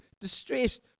distressed